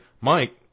Mike